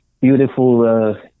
beautiful